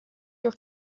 your